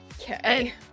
Okay